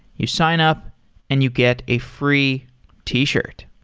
you sign up and you get a free t-shirt.